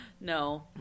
No